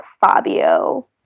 Fabio